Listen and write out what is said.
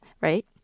right